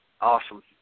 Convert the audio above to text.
awesome